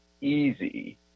easy